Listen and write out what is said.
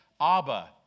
Abba